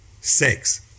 six